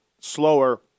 slower